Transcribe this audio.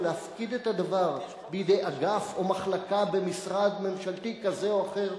או להפקיד את הדבר בידי אגף או מחלקה במשרד ממשלתי כזה או אחר,